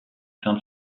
sein